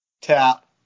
tap